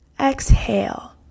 Exhale